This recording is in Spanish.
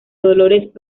dolores